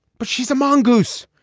but she's a mongoose.